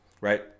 right